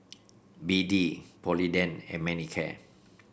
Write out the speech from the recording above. B D Polident and Manicare